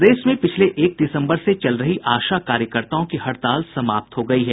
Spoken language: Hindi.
प्रदेश में पिछले एक दिसम्बर से चल रही आशा कार्यकर्ताओं की हड़ताल समाप्त हो गयी है